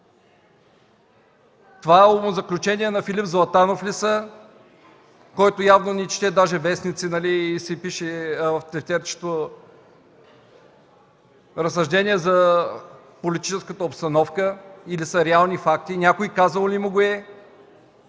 Това умозаключения на Филип Златанов ли са, който явно не чете даже вестници и си пише в тефтерчето разсъждения за политическата обстановка, или са реални факти? Някой казал ли му го е,